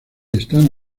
están